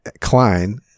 Klein